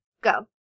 go